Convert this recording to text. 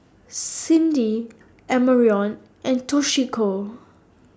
Cindy Amarion and Toshiko